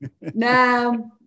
No